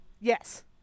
Yes